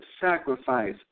sacrifice